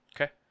Okay